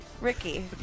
Ricky